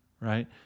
right